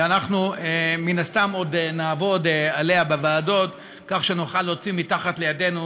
ואנחנו מן הסתם עוד נעבוד עליה בוועדות כך שנוכל להוציא מתחת ידינו